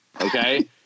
Okay